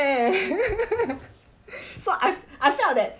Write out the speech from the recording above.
eh so I I felt that